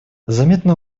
заметно